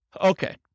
Okay